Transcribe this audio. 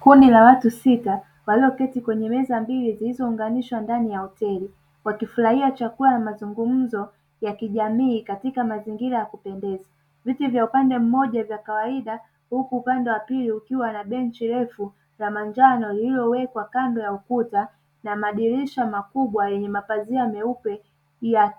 Kundi la watu sita, walioketi kwenye meza mbili zilizounganishwa ndani ya hoteli, wakifurahia chakula na mazungumzo ya kijamii katika mazingira ya kupendeza. Viti vya upande mmoja vya kawaida, huku upande wa pili kukiwa na benchi refu la manjano, lililowekwa kando ya ukuta na madirisha makubwa yenye mapazia meupe ya